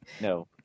No